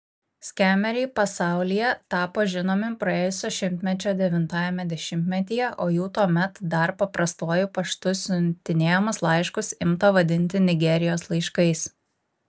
skemeriai pasaulyje tapo žinomi praėjusio šimtmečio devintajame dešimtmetyje o jų tuomet dar paprastuoju paštu siuntinėjamus laiškus imta vadinti nigerijos laiškais